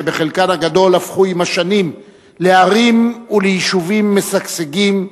שבחלקן הגדול הפכו עם השנים לערים וליישובים משגשגים,